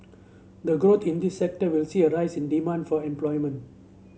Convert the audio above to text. the growth in this sector will see a rise in demand for employment